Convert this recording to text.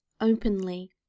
openly